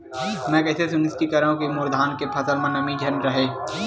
मैं कइसे सुनिश्चित करव कि मोर धान के फसल म नमी झन रहे?